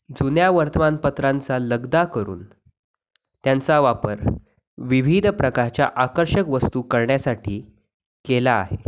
जुन्या वर्तमानपत्रांचा लगदा करून त्यांचा वापर विविध प्रकारच्या आकर्षक वस्तू करण्यासाठी केला आहे